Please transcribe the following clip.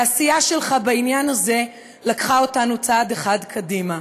והעשייה שלך בעניין הזה לקחה אותנו צעד אחד קדימה.